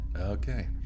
Okay